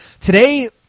today